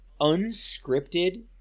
unscripted